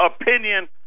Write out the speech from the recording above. opinion